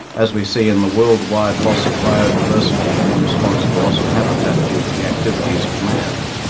as we see in the world-wide loss of biodiversity in response to loss of habitat due to the activities of man.